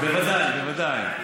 בוודאי, בוודאי.